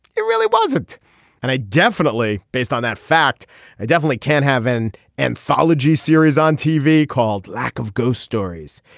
it really wasn't and i definitely based on that fact i definitely can't have an anthology series on tv called lack of ghost stories.